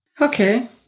Okay